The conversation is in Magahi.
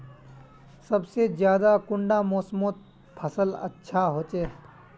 सबसे ज्यादा कुंडा मोसमोत फसल अच्छा होचे?